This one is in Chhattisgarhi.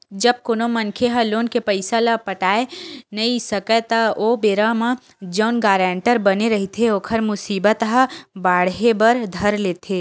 जब कोनो मनखे ह लोन के पइसा ल पटाय नइ सकय त ओ बेरा म जउन गारेंटर बने रहिथे ओखर मुसीबत ह बाड़हे बर धर लेथे